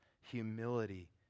humility